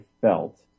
felt